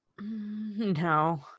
no